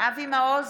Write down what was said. אבי מעוז,